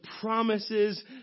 promises